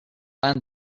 find